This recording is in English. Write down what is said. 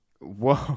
whoa